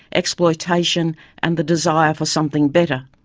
exploitation and the desire for something better.